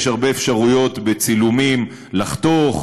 יש הרבה אפשרויות בצילומים לחתוך,